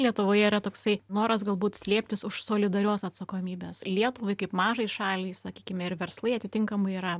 lietuvoje yra toksai noras galbūt slėptis už solidarios atsakomybės lietuvai kaip mažai šaliai sakykime ir verslai atitinkamai yra